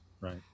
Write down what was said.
Right